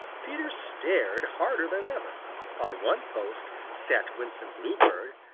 peter stared harder than ever. on one post sat winsome bluebird,